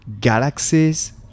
galaxies